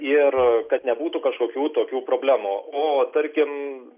ir kad nebūtų kažkokių tokių problemų o tarkim